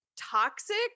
toxic